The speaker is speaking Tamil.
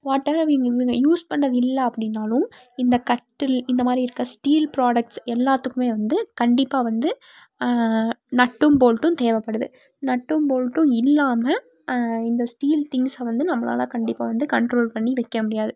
வாட்எவர் அவங்க இவங்க யூஸ் பண்றது இல்லை அப்படின்னாலும் இந்த கட்டில் இந்த மாதிரி இருக்கற ஸ்டீல் ப்ரோடக்ட்ஸ் எல்லாத்துக்குமே வந்து கண்டிப்பாக வந்து நட்டும் போல்ட்டும் தேவைப்படுது நட்டும் போல்ட்டும் இல்லாமல் இந்த ஸ்டீல் திங்க்சை வந்து நம்மளால் கண்டிப்பாக வந்து கண்ட்ரோல் பண்ணி வைக்க முடியாது